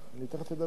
תיכף אדבר.